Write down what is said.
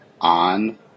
on